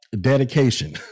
dedication